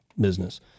business